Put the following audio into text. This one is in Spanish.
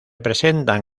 presentan